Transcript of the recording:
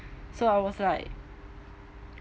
so I was like